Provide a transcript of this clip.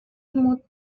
imut